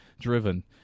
driven